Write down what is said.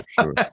sure